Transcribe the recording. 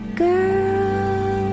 girl